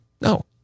No